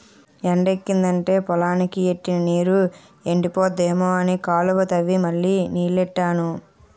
ఎండెక్కిదంటే పొలానికి ఎట్టిన నీరు ఎండిపోద్దేమో అని కాలువ తవ్వి మళ్ళీ నీల్లెట్టాను